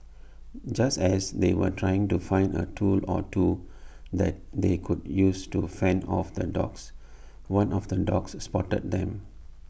just as they were trying to find A tool or two that they could use to fend off the dogs one of the dogs spotted them